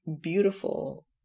Beautiful